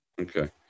Okay